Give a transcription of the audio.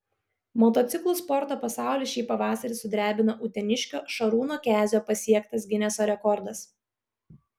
motociklų sporto pasaulį šį pavasarį sudrebino uteniškio šarūno kezio pasiektas gineso rekordas